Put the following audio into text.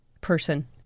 person